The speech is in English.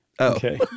Okay